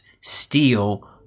steal